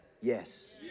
yes